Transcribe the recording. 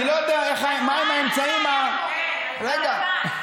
אני לא יודע מהם האמצעים, רגע.